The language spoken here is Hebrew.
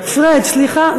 פרֵיג', סליחה.